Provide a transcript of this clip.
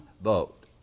vote